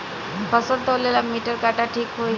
फसल तौले ला मिटर काटा ठिक होही?